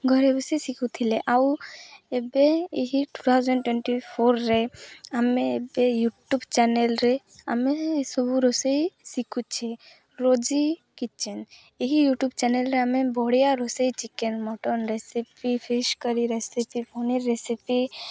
ଘରେ ବସି ଶିଖୁ ଥିଲେ ଆଉ ଏବେ ଏହି ଟୁ ଥାଉଜେଣ୍ଡ୍ ଟ୍ୱେଣ୍ଟି ଫୋର୍ରେ ଆମେ ଏବେ ୟୁଟ୍ୟୁବ୍ ଚ୍ୟାନେଲ୍ରେ ଆମେ ଏସବୁ ରୋଷେଇ ଶିଖୁଛି ରୋଜି କିଚେନ୍ ଏହି ୟୁଟ୍ୟୁବ୍ ଚ୍ୟାନେଲ୍ରେ ଆମେ ବଢ଼ିଆ ରୋଷେଇ chicken mutton recipe fish curry recipe paneer recipe